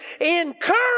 encourage